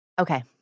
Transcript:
Okay